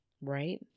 Right